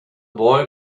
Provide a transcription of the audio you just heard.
boy